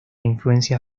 influencia